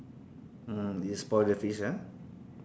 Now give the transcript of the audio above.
mm you spoil the fish ah